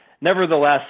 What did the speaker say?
Nevertheless